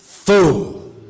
Fool